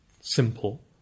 simple